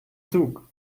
zug